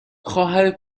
خواهر